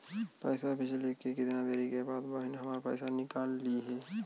पैसा भेजले के कितना देरी के बाद बहिन हमार पैसा निकाल लिहे?